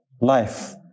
life